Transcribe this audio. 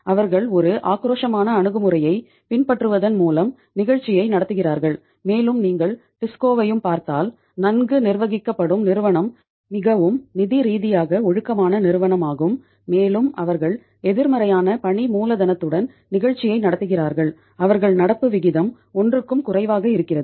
அவர்கள் ஒரு ஆக்ரோஷமான அணுகுமுறையைப் பின்பற்றுவதன் மூலம் நிகழ்ச்சியை நடத்துகிறார்கள் மேலும் நீங்கள் டிஸ்கோவையும் பார்த்தால் நன்கு நிர்வகிக்கப்படும் நிறுவனம் மிகவும் நிதி ரீதியாக ஒழுக்கமான நிறுவனமாகும் மேலும் அவர்கள் எதிர்மறையான பணி மூலதனத்துடன் நிகழ்ச்சியை நடத்துகிறார்கள் அவர்கள் நடப்பு விகிதம் 1 க்கும் குறைவாக இருக்கிறது